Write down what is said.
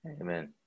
Amen